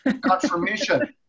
confirmation